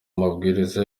amabwiriza